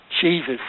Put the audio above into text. Jesus